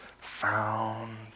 found